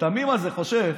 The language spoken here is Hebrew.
התמים הזה חושב,